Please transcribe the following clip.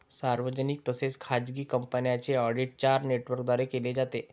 सार्वजनिक तसेच खाजगी कंपन्यांचे ऑडिट चार नेटवर्कद्वारे केले जाते